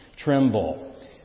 tremble